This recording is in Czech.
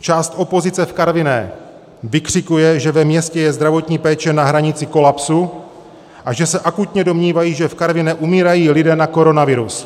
Část opozice v Karviné vykřikuje, že ve městě je zdravotní péče na hranici kolapsu a že se akutně domnívají, že v Karviné umírají lidé na koronavirus.